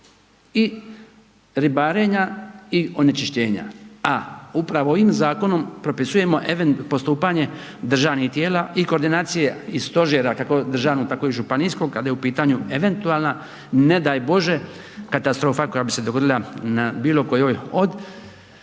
i ribarenja i onečišćenja, a upravo ovim zakonom propisujemo postupanje državnih tijela i koordinacije i stožera kako državnog tako i županijskog kada je u pitanju eventualna ne daj Bože katastrofa koja bi se dogodila na bilo kojoj od